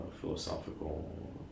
philosophical